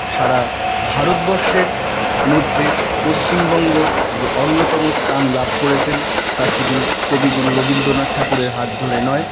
সারা ভারতবর্ষের মধ্যে পশ্চিমবঙ্গ যে অন্যতম স্থান লাভ করেছেন তা শুধু কবিগুরু রবীন্দ্রনাথ ঠাকুর হাত ধরে নয়